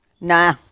Nah